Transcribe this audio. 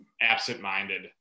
absent-minded